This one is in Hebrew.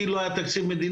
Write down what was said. כי לא היה תקציב מדינה,